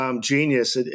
genius